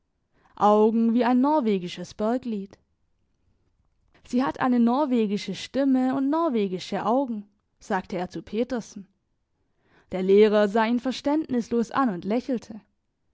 augen wie ein norwegisches berglied sie hat eine norwegische stimme und norwegische augen sagte er zu petersen der lehrer sah ihn verständnislos an und lächelte